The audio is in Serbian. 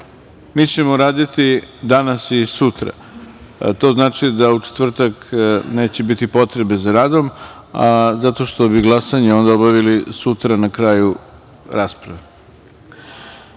mi ćemo raditi danas i sutra, a to znači da u četvrtak neće biti potrebe za radom zato što bi glasanje obavili sutra na kraju rasprave. Saglasno